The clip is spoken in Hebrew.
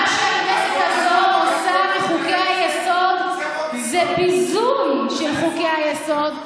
מה שהכנסת הזו עושה מחוקי-היסוד זה ביזוי של חוקי-היסוד,